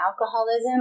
alcoholism